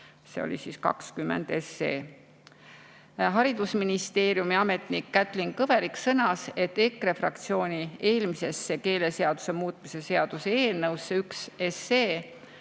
eelnõu (20 SE). Haridusministeeriumi ametnik Kätlin Kõverik sõnas, et EKRE fraktsiooni eelmisesse keeleseaduse muutmise seaduse eelnõusse (1 SE)